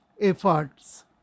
efforts